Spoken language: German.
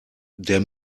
der